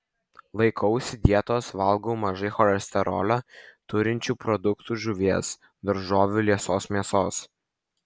laikausi dietos valgau mažai cholesterolio turinčių produktų žuvies daržovių liesos mėsos